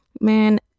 man